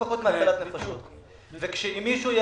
ולא פחות מזה.